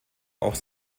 auch